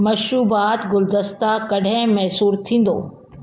मशरूबाति गुलदस्ता कॾहिं मुयसरु थींदा